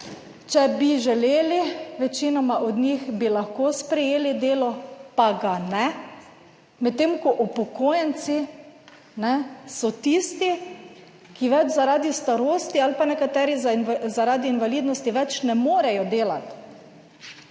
če bi želeli, večinoma od njih bi lahko sprejeli delo, pa ga ne, medtem ko upokojenci so tisti, ki več zaradi starosti ali pa nekateri zaradi invalidnosti več ne morejo delati